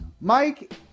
Mike